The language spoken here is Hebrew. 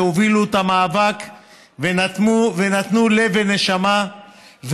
שהובילו את המאבק ונתנו לב ונשמה,